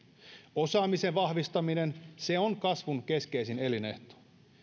osaamisen vahvistaminen se on kasvun keskeisin elinehto